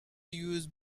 use